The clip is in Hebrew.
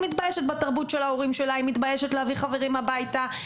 היא מתביישת בתרבות של ההורים שלה; היא מתביישת להביא חברים הביתה.